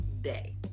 day